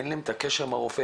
אין להם את הקשר עם הרופא,